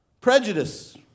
prejudice